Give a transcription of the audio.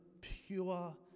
pure